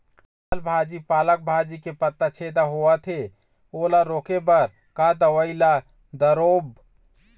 लाल भाजी पालक भाजी के पत्ता छेदा होवथे ओला रोके बर का दवई ला दारोब?